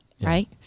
right